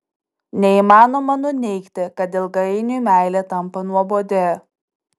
neįmanoma nuneigti kad ilgainiui meilė tampa nuobodi